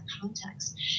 context